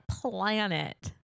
planet